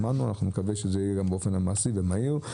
שמענו ונקווה שזה יהיה גם באופן מעשי ומהיר.